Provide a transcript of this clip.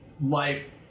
life